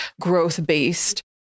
growth-based